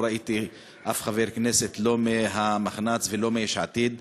ראיתי אף חבר כנסת לא מהמחנ"צ ולא מיש עתיד.